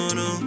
no